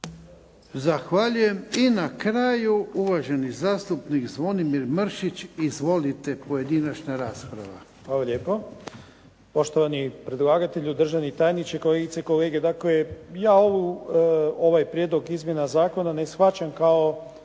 Zahvaljujem. I na kraju, uvaženi zastupnik Zvonimir Mršić. Izvolite, pojedinačna rasprava.